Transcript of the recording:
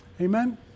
Amen